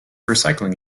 recycling